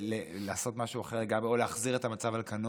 ולעשות משהו אחר לגמרי או להחזיר את המצב על כנו,